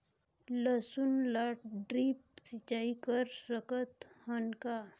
लसुन ल ड्रिप सिंचाई कर सकत हन का?